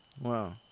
Wow